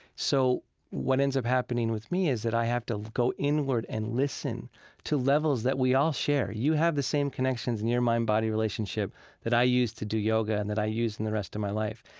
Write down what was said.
so what ends up happening with me is that i have to go inward and listen to levels that we all share. you have the same connections in your mind-body relationship that i use to do yoga and that i use in the rest of my life.